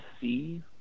see